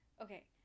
okay